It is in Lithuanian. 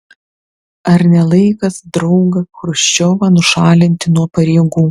ar ne laikas draugą chruščiovą nušalinti nuo pareigų